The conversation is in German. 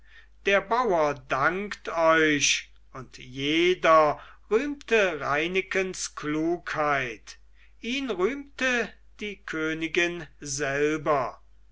der bauer dankt euch und jeder rühmte reinekens klugheit ihn rühmte die königin selber